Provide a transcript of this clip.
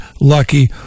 lucky